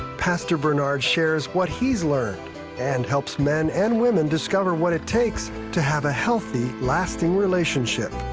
pastor bernard shares what he has learned and helps men and women discover what it takes to have a healthy, lasting relationship.